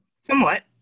Somewhat